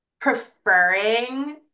preferring